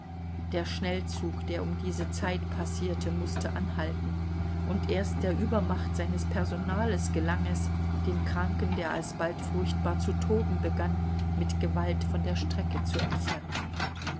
der schnellzug der um diese zeit passierte mußte anhalten und erst der übermacht seines personales gelang es den kranken der alsbald furchtbar zu toben begann mit gewalt von der strecke zu entfernen